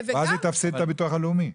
אז היא תפסיד את הביטוח הלאומי.